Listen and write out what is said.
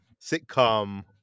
sitcom